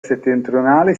settentrionale